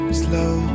slow